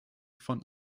von